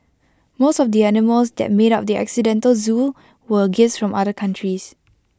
most of the animals that made up the accidental Zoo were gifts from other countries